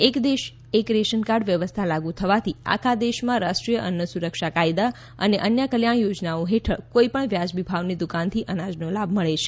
એક દેશ એક રેશન કાર્ડ વ્યવસ્થા લાગુ થવાથી આખા દેશમાં રાષ્રીપ્ય અન્ન સુરક્ષા કાયદા અને અન્ય કલ્યાણ યોજનાઓ હેઠળ કોઇપણ વ્યાજબી ભાવની દુકાનથી અનાજનો લાભ મળે છે